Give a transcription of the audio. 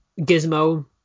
gizmo